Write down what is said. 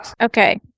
Okay